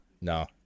No